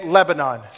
Lebanon